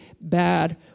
bad